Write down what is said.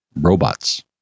robots